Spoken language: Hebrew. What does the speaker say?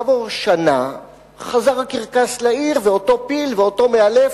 כעבור שנה חזר הקרקס לעיר, ואותו פיל ואותו מאלף,